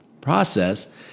process—